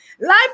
life